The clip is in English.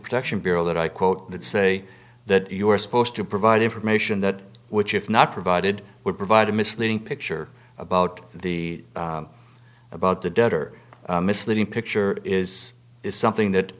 protection bureau that i quote that say that you are supposed to provide information that which if not provided would provide a misleading picture about the about the dead or misleading picture is is something that